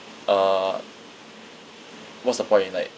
uh what's the point in like